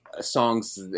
songs